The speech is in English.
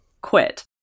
quit